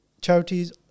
Charities